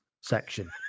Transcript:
section